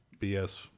BS